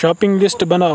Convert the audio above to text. shopping لسٹہٕ بَناو